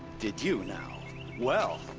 did you now? well.